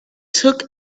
took